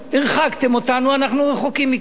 הרחקתם אותנו, אנחנו רחוקים מכם.